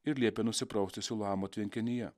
ir liepė nusiprausti siluamo tvenkinyje